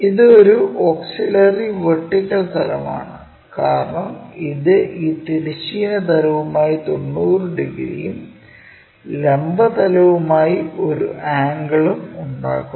ഇത് ഒരു auxiliary vertical തലം ആണ് കാരണം ഇത് ഈ തിരശ്ചീന തലവുമായി 90 ഡിഗ്രിയും ലംബ തലവുമായി ഒരു ആംഗിളും ഉണ്ടാക്കുന്നു